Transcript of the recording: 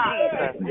Jesus